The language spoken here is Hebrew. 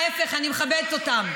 ההפך, אני מכבדת אותם.